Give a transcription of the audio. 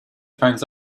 finds